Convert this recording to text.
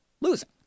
losing